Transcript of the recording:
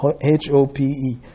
H-O-P-E